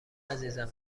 عزیزم